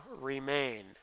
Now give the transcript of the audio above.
remain